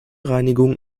reinigung